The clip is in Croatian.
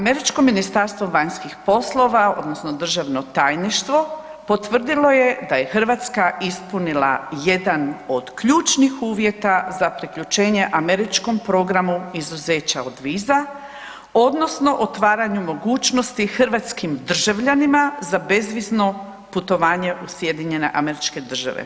Američko ministarstvo vanjskih poslova, odnosno državno tajništvo potvrdilo je da je Hrvatska ispunila jedan od ključnih uvjeta za priključenje američkom programu izuzeća od viza odnosno otvaranju mogućnosti hrvatskim državljanima za bezvizno putovanje u SAD.